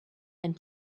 and